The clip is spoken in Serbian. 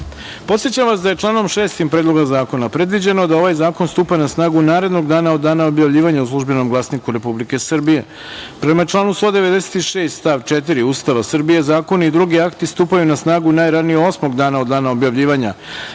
načelu. Podsećam vas da je članom 6. Predloga zakona predviđeno da ovaj zakon stupa na snagu narednog dana od dana objavljivanja u „Službenom glasniku Republike Srbije“.Prema članu 196. stav 4. Ustava Republike Srbije zakoni i drugi akti stupaju na snagu najranije osmog dana od dana objavljivanja